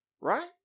right